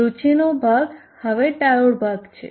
રુચિનો ભાગ હવે ડાયોડ ભાગ છે